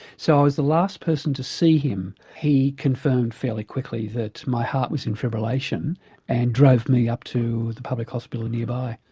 so i was the last person to see him. he confirmed fairly quickly that my heart was in fibrillation and drove me up to the public hospital nearby.